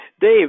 Dave